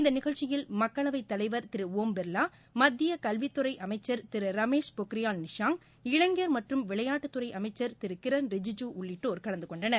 இந்த நிகழ்ச்சியில் மக்களவைத் தலைவர் திரு ஓம் பிர்வா மத்திய கல்வித்துறை அமைச்சர் திரு ரமேஷ் பொக்ரியால் நிஷாங் இளைஞர் மற்றும் விளையாட்டுத்துறை அமைச்சர் திரு கிரண் ரிஜிஜூ உள்ளிட்டோர் கலந்து கொண்டனர்